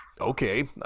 okay